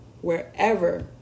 wherever